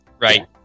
right